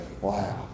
Wow